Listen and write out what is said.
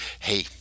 Hey